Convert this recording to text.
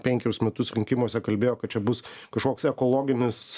penkerius metus rinkimuose kalbėjo kad čia bus kažkoks ekologinis